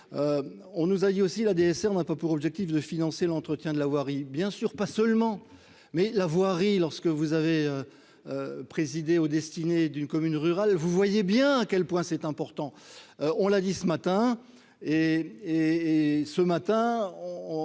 on nous a dit aussi, la DSR n'a pas pour objectif de financer l'entretien de la voirie, bien sûr, pas seulement mais la voirie, lorsque vous avez présidé aux destinées d'une commune rurale, vous voyez bien à quel point c'est important, on l'a dit ce matin